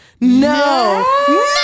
no